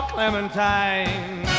Clementine